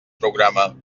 programa